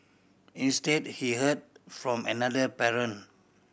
instead he heard from another parent